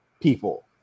people